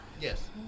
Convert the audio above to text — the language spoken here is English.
Yes